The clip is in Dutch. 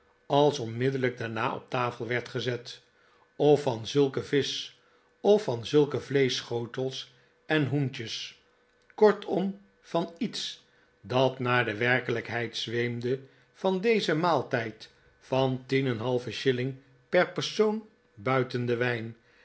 als onmiddellijk daarna op de tafel werd gezet of van zulke visch of van zulke vleeschschotels en hoentjes kortom van iets dat naar de werkelijkheid zweemde van dezen maaltijd van tien en een halven shilling per persoon buiten den wijn